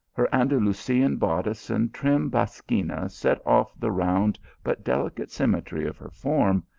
her andalusian bodice and trim basquina set off the round but delicate symmetry of her form,